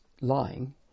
lying